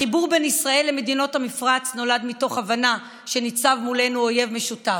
החיבור בין ישראל למדינות המפרץ נולד מתוך הבנה שניצב מולנו אויב משותף,